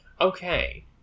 Okay